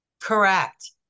Correct